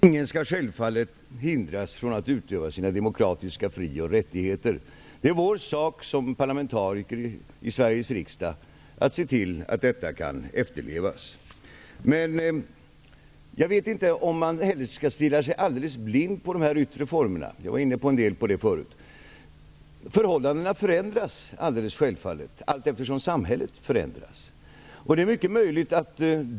Herr talman! Självfallet skall ingen hindras från att utöva sina demokratiska fri och rättigheter. Det är vår sak som parlamentariker i Sveriges riksdag att se till att detta kan efterlevas. Jag vet dock inte om man skall stirra sig helt blind på de här yttre formerna. Det har vi varit inne på här tidigare. Förhållandena ändras självfallet allteftersom samhället förändras.